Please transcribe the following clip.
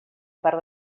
part